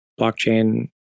blockchain